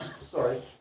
Sorry